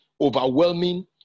overwhelming